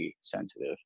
sensitive